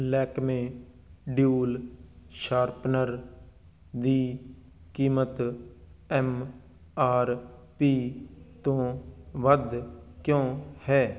Lakme dual sharpener ਦੀ ਕੀਮਤ M R P ਤੋਂ ਵੱਧ ਕਿਉਂ ਹੈ